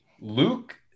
Luke